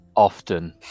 Often